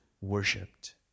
worshipped